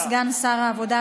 סגן שר העבודה,